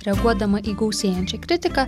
reaguodama į gausėjančią kritiką